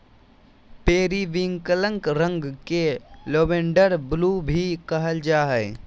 periwinkle रंग के lavender blue भी कहल जा हइ